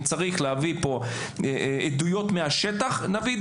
צריך להביא פה עדויות מהשטח נביא.